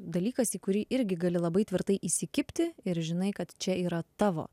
dalykas į kurį irgi gali labai tvirtai įsikibti ir žinai kad čia yra tavo